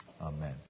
Amen